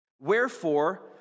Wherefore